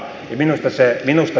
minusta se on